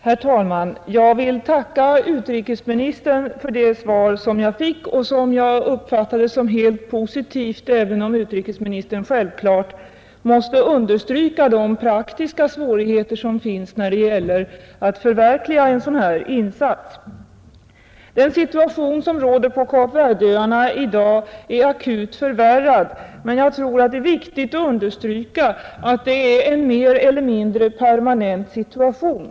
Herr talman! Jag vill tacka utrikesministern för det svar som jag fick och som jag uppfattade som helt positivt, även om utrikesministern självklart måste understryka de praktiska svårigheter som finns när det gäller att förverkliga en sådan insats. Den situation som råder på Kap Verdeöarna i dag är akut förvärrad, men jag tror att det är viktigt att understryka att det är en mer eller mindre permanent situation.